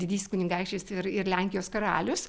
didysis kunigaikštis ir ir lenkijos karalius